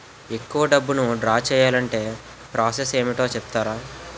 ఎక్కువ డబ్బును ద్రా చేయాలి అంటే ప్రాస సస్ ఏమిటో చెప్తారా?